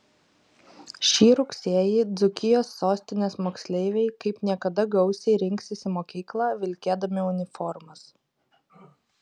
šį rugsėjį dzūkijos sostinės moksleiviai kaip niekada gausiai rinksis į mokyklą vilkėdami uniformas